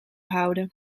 houden